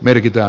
tyhjää